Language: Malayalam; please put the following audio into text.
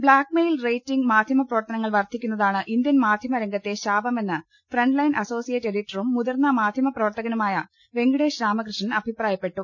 ബ്ലാക്ക് മെയിൽ റേറ്റിങ് മാധ്യമ പ്രവർത്തനങ്ങൾ വർധി ക്കുന്നതാണ് ഇന്ത്യൻ മാധ്യമ രംഗത്തിന്റെ ശാപമെന്ന് ഫ്രണ്ട്ലൈൻ അസോസിയേറ്റ് എഡിറ്ററും മുതിർന്ന മാധ്യമപ്ര വർത്തകനുമായ വെങ്കിടേഷ് രാമകൃഷ്ണൻ അഭിപ്രായപ്പെട്ടു